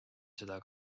seda